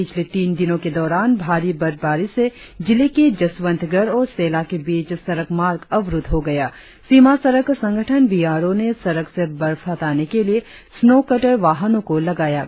पिछले तीन दिनों के दौरान भारी बर्फबारी से जिले के जसवंतगढ़ और सेला के बीच सड़क मार्ग अवरुध हो गया सीमा सड़क संगठन बी आर ओ ने सड़क से बर्फ हटाने के लिए स्नोकटर वाहनो को लगाया गया है